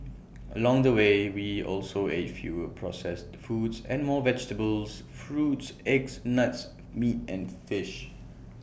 along the way we also ate fewer processed foods and more vegetables fruits eggs nuts meat and fish